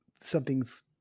something's